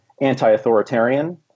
anti-authoritarian